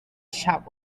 chap